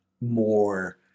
more